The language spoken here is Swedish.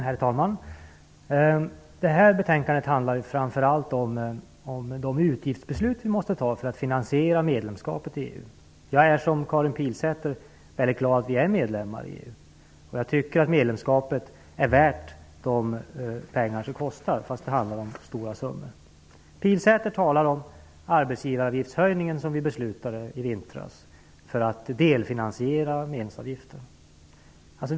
Herr talman! Det här betänkandet handlar framför allt om de utgiftsbeslut vi måste fatta för att finansiera medlemskapet i EU. Jag är, som Karin Pilsäter, mycket glad över att vi är medlemmar i EU. Jag tycker att medlemskapet är värt de pengar det kostar, även om det handlar om stora summor. Karin Pilsäter talar om den höjning av arbetsgivaravgiften som vi beslutade om i vintras för att delfinansiera medlemsavgiften.